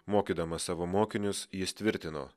mokydamas savo mokinius jis tvirtino